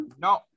no